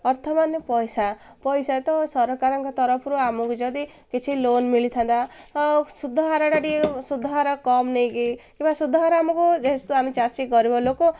ଅର୍ଥ ମାନେ ପଇସା ପଇସା ତ ସରକାରଙ୍କ ତରଫରୁ ଆମକୁ ଯଦି କିଛି ଲୋନ୍ ମିଳିଥାନ୍ତା ସୁଧହାରଟା ଟିକେ ସୁଧ ହାର କମ୍ ନେଇକି କିମ୍ବା ସୁଧ ହାର ଆମକୁ ଯେହେତୁ ଆମେ ଚାଷୀ ଗରିବ ଲୋକ